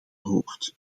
hoort